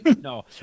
No